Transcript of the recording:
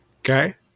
Okay